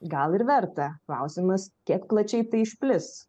gal ir verta klausimas kiek plačiai tai išplis